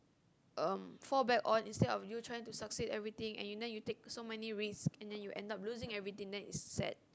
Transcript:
um fall back on instead of you trying to succeed everything and you then you take so many risks and then you end up losing everything and then it's sad